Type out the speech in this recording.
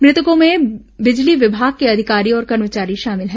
मृतकों में बिजली विभाग के अधिकारी और कर्मचारी शामिल हैं